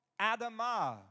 Adama